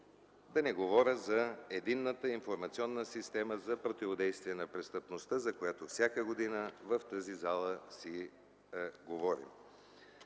да не говоря за Единната информационна система за противодействие на престъпността, за която всяка година в тази зала си говорим.